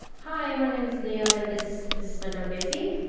hi, my name is nio and this this is my dog daisy.